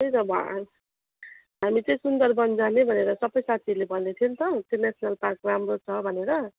त्यही त अब हामी चाहिँ सुन्दरबन जाने भनेर सबै साथीहरूले भन्दै थियो नि त त्यो नेसनल पार्क राम्रो छ भनेर